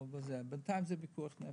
בינתיים זה פיקוח נפש.